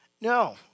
No